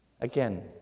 Again